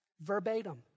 verbatim